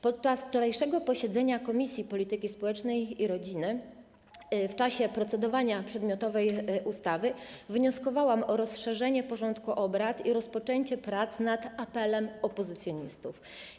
Podczas wczorajszego posiedzenia Komisji Polityki Społecznej i Rodziny w czasie procedowania nad przedmiotową ustawą wnioskowałam o rozszerzenie porządku obrad i rozpoczęcie prac nad apelem opozycjonistów.